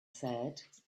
said